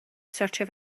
sortio